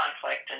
conflict